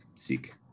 seek